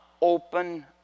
open